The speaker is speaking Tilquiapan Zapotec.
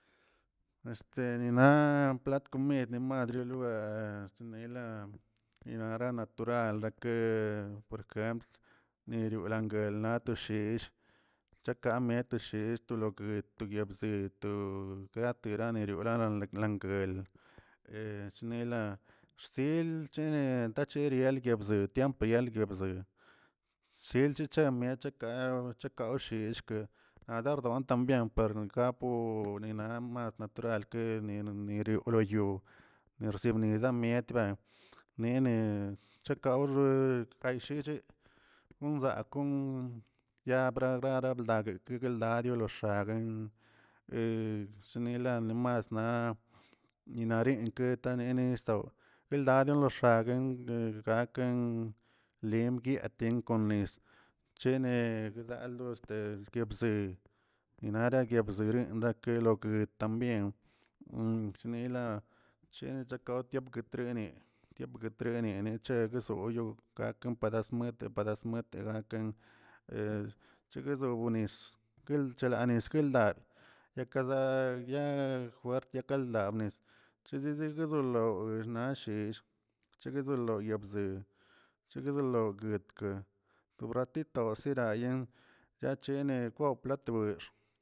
nina plat komid madr lilua ninara natural ke porkempls neriolangue laa toshizə chakam netoshizə tologuid to ya bzed to gateraniroꞌ larenalanglelə he chnela xsil chenetachiria guelguebzelə tiempeki lgazel sel chochan miechakaa wochekaushizə, naꞌ daab bdon también parnogapo ninamad naturalkə mierk koyo mirsiela mietbe nine chekawxə gayshichə, guzaa kon yabradara bldagueki yeldario lo x̱aguen sinila lomas ninarenkə ta nene zdoo eldaden lo xaguen wone gakan limguiaten kon nez chene lelaldoꞌ este yobzee nenara yebzenrakeꞌ loke también chnela chew chakon timp ketre tiemp ketrenene che gzoo yoo gakan pedas muete pedas muete daa chiguigno nis kenchenale skeldaa ekadoo ya juert ya kalda bnez chegueze gdolo ernasheshzə cheguelodo yaa bzee chegolo loguetka kobratito sebrayen ya chene kwaw platnex.